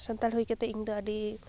ᱥᱟᱱᱛᱟᱲ ᱦᱩᱭ ᱠᱟᱛᱮ ᱤᱧ ᱫᱚ ᱟᱹᱰᱤ